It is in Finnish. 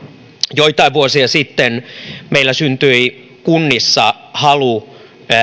joitain vuosia sitten meillä syntyi kunnissa halu